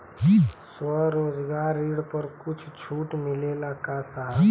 स्वरोजगार ऋण पर कुछ छूट मिलेला का साहब?